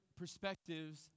perspectives